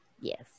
Yes